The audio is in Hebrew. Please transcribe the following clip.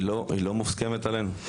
היא לא מוסכמת עלינו.